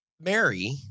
Mary